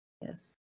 Yes